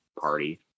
party